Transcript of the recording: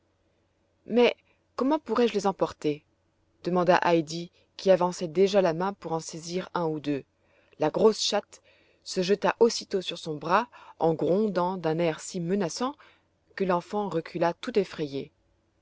mais comment pourrai-je les emporter demanda heidi qui avançait déjà la main pour en saisir un ou deux la grosse chatte se jeta aussitôt sur son bras en grondant d'un air si menaçant que l'enfant recula tout effrayée